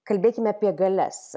kalbėkime apie galias